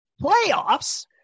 Playoffs